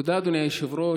תודה, אדוני היושב-ראש.